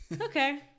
okay